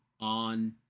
on